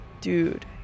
dude